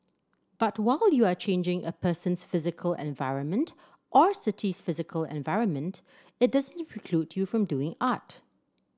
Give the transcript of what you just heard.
but while you are changing a person's physical environment or city's physical environment it doesn't preclude you from doing art